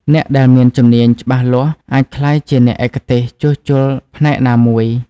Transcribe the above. អ្នកដែលមានជំនាញច្បាស់លាស់អាចក្លាយជាអ្នកឯកទេសជួសជុលផ្នែកណាមួយ។